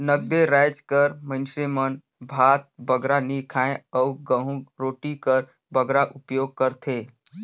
नगदे राएज कर मइनसे मन भात बगरा नी खाएं अउ गहूँ रोटी कर बगरा उपियोग करथे